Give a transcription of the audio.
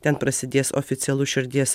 ten prasidės oficialus širdies